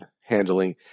handling